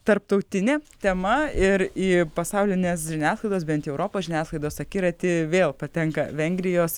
tarptautinė tema ir į pasaulinės žiniasklaidos bent jau europos žiniasklaidos akiratį vėl patenka vengrijos